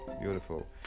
Beautiful